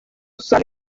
sale